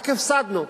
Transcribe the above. רק הפסדנו.